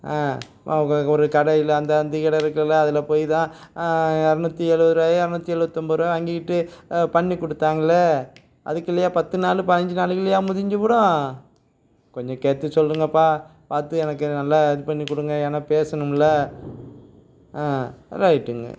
ஒரு கடையில் அந்த அந்தி கட இருக்குள்ள அதில் போய் தான் இரநூத்தி எழுபது ரூபாயோ இரநூத்தி எழுபத்து ஒம்பது ரூபாயோ வாங்கிட்டு பண்ணி கொடுத்தாங்களே அதுக்குள்ளயா பத்து நாள் பாஞ்சி நாளுக்குள்ளயா முடிஞ்சிப்புடும் கொஞ்சம் கேட்டு சொல்லுங்கப்பா பார்த்து எனக்கு நல்லா இது பண்ணி கொடுங்க ஏன்னா பேசணுமில்லை ரைட்டுங்க